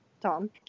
Tom